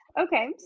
okay